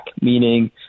meaning